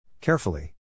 carefully